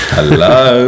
Hello